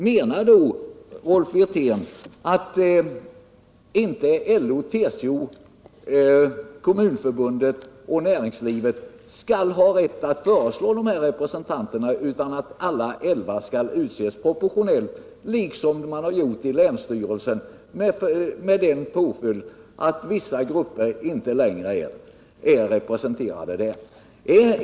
Menar då Rolf Wirtén att inte LO och TCO, Kommunförbundet och näringslivet skall ha rätt att föreslå representanter utan att alla elva skall utses proportionellt? Så har man gjort i länsstyrelsen, med påföljd att vissa grupper inte längre är representerade där.